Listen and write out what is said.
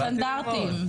באתי ללמוד.